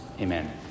amen